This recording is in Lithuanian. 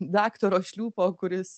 daktaro šliūpo kuris